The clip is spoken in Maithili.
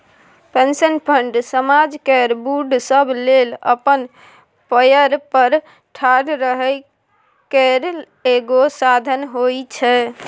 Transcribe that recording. पेंशन फंड समाज केर बूढ़ सब लेल अपना पएर पर ठाढ़ रहइ केर एगो साधन होइ छै